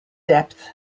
depth